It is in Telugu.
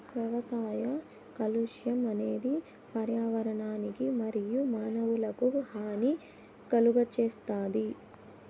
వ్యవసాయ కాలుష్యం అనేది పర్యావరణానికి మరియు మానవులకు హాని కలుగజేస్తాది